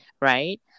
Right